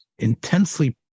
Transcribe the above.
intensely